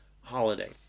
holiday